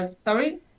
Sorry